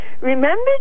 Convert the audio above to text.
Remember